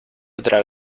otra